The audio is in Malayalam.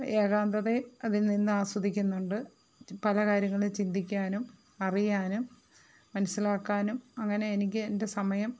ഏകാന്ധതയെ അതില്നിന്ന് ആസ്വദിക്കുന്നുണ്ട് പല കാര്യങ്ങളും ചിന്തിക്കാനും അറിയാനും മനസ്സിലാക്കാനും അങ്ങനെ എനിക്ക് എന്റെ സമയം